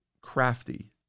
crafty